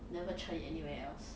never tried it anywhere else